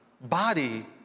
body